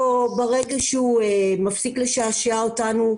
או ברגע שהוא מפסיק לשעשע אותנו,